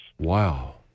Wow